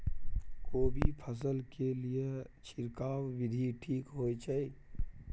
कोबी फसल के लिए छिरकाव विधी ठीक होय छै?